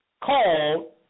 called